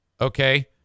Okay